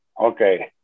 okay